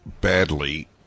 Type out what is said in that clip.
badly